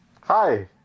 Hi